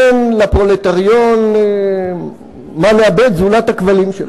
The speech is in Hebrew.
אין לפרולטריון מה לאבד זולת הכבלים שלו.